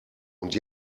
und